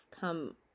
come